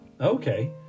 Okay